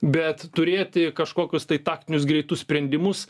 bet turėti kažkokius tai taktinius greitus sprendimus